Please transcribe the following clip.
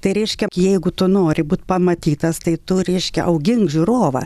tai reiškia jeigu tu nori būt pamatytas tai tu reiškia augink žiūrovą